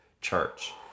church